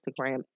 instagram